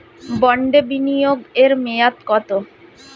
বন্ডে বিনিয়োগ এর মেয়াদ কত?